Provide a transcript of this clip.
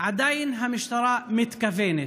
עדיין המשטרה מתכוונת,